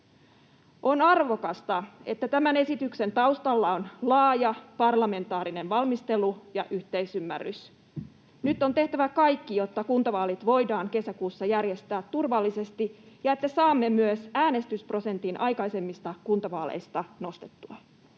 On arvokasta, että tämän esityksen taustalla on laaja parlamentaarinen valmistelu ja yhteisymmärrys. Nyt on tehtävä kaikki, jotta kuntavaalit voidaan kesäkuussa järjestää turvallisesti ja että saamme myös äänestysprosentin aikaisemmista kuntavaaleista nostettua.